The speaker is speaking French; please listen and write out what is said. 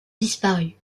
disparue